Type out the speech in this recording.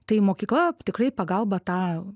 tai mokykla tikrai pagalbą tą